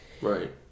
Right